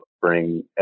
bring